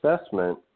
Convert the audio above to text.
assessment